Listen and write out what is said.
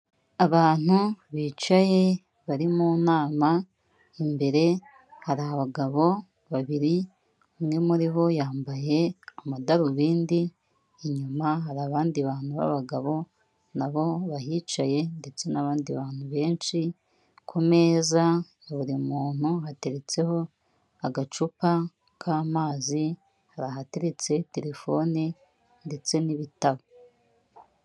Abantu bicaye bari mu nama, imbere hari abagabo babiri, umwe muri bo yambaye amadarubindi, inyuma hari abandi bantu b'abagabo na bo bahicaye ndetse n'abandi bantu benshi, ku meza ya buri muntu hateretseho agacupa k'amazi, hari ahateretse telefone ndetse n'ibitabo.